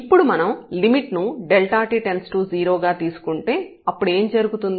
ఇప్పుడు మనం లిమిట్ ను ∆t→0 గా తీసుకుంటే అప్పుడు ఏం జరుగుతుంది